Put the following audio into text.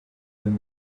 than